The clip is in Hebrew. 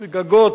גגות,